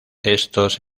estos